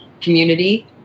community